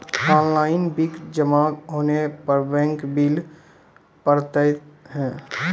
Online bill जमा होने पर बैंक बिल पड़तैत हैं?